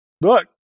Look